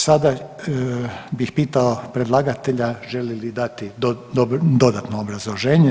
Sada bih pitao predlagatelja želi li dati dodatno obrazloženje?